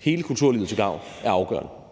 hele kulturlivet til gavn, er afgørende.